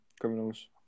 criminals